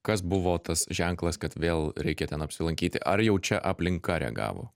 kas buvo tas ženklas kad vėl reikia ten apsilankyti ar jau čia aplinka reagavo